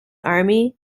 army